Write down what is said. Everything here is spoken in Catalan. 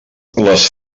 les